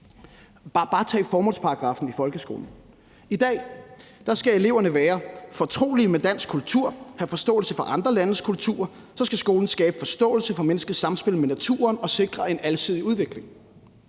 bare tage formålsparagraffen i folkeskolen. I dag skal eleverne være fortrolige med dansk kultur og have forståelse for andre landes kulturer, og så skal skolen skabe forståelse for menneskets samspil med naturen og sikre en alsidig udvikling.